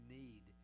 need